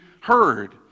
heard